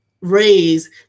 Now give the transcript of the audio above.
raise